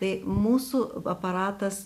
tai mūsų aparatas